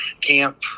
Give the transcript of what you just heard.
camp